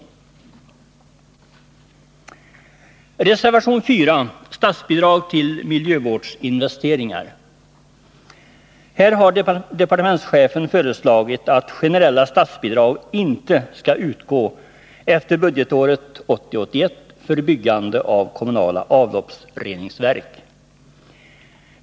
Beträffande reservation 4 om statsbidrag till miljövårdsinvesteringar vill jag säga att departementschefen föreslagit att generella statsbidrag inte skall utgå efter budgetåret 1980/81 för byggande av kommunala avloppsreningsverk.